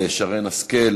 לשרן השכל,